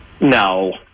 No